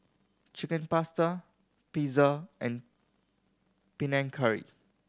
Chicken Pasta Pizza and Panang Curry